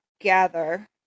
gather